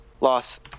Loss